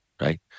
right